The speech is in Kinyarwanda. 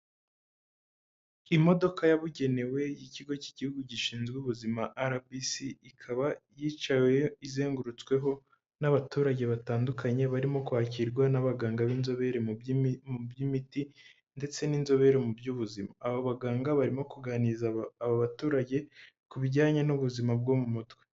Imodoka yabugenewe y'ikigo cy'igihugu gishinzwe ubuzima rbc ikaba yicawe izengurutsweho n'abaturage batandukanye barimo kwakirwa n'abaganga b'inzobere mu by'imiti ndetse n'inzobere mu by'ubuzima aba baganga barimo kuganiriza aba baturage ku bijyanye n'ubuzima bwo mu mutwe.